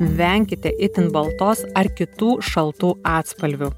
venkite itin baltos ar kitų šaltų atspalvių